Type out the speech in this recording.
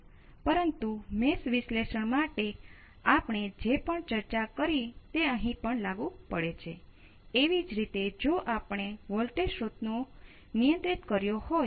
તેથી તે વધુને વધુ છીછરા બનવાનું શરૂ કરશે